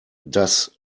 das